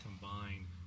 combine